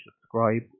subscribe